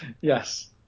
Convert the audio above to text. Yes